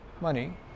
money